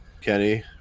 Kenny